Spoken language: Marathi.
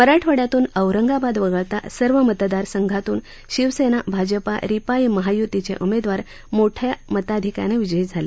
मराठवाड्यातून औरंगाबाद वगळता सर्व मतदार संघातून शिवसेना भाजपा रिपाई महायुतीचे उमेदवार मोठ्या मताधिक्यानं विजयी झाले